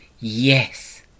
yes